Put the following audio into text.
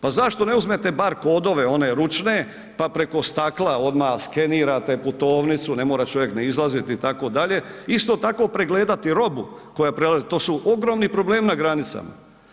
Pa zašto ne uzmete bar kodove one ručne pa preko stakla odmah skenirate putovnicu, ne mora čovjek ni izlaziti, itd., isto tako, pregledati robu koja prelazi, to su ogromni problemi na granicama.